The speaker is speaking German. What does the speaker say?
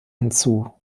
hinzu